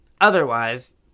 otherwise